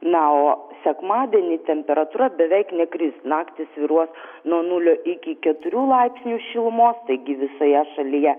na o sekmadienį temperatūra beveik nekris naktį svyruos nuo nulio iki keturių laipsnių šilumos taigi visoje šalyje